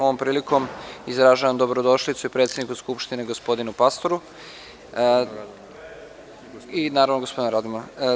Ovom prilikom izražavam dobrodošlicu predsedniku Skupštine gospodinu Pastoru i gospodinu Radomanu.